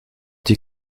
die